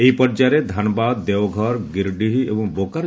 ଏହି ପର୍ଯ୍ୟାୟରେ ଧାନବାଦ ଦେଓଘର ଗିରଡିହ ଏବଂ ବେକାରେ